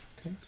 Okay